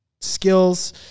skills